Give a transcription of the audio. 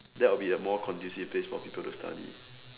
that would be a more conducive place for people to study